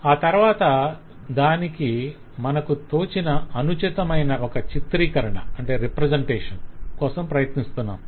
ఆ తర్వాత దానికి మనకు తోచిన అనుచితమైన ఒక చిత్రీకరణ కోసం ప్రయత్నిస్తున్నాం